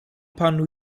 panu